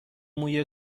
موی